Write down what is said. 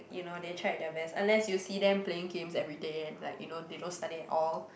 you know they tried their best unless you see them playing games everyday and like you know they don't study at all